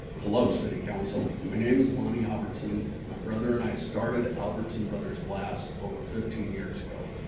hello, city council. my name is lonnie albertson. my brother and i started albertson brothers glass over fifteen years ago.